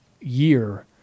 year